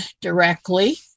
directly